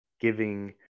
Giving